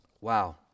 Wow